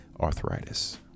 arthritis